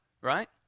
right